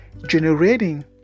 generating